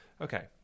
Okay